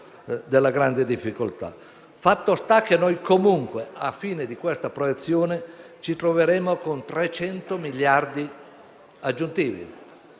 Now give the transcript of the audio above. Grazie,